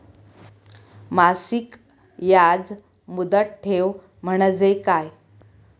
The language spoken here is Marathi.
मासिक याज मुदत ठेव म्हणजे काय?